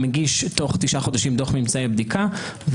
מגיש תוך תשעה חודשים דוח ממצאי בדיקה,